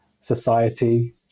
society